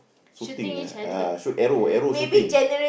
shooting ah ah shoot arrow arrow shooting